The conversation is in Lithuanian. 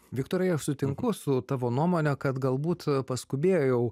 viktorai aš sutinku su tavo nuomone kad galbūt paskubėjau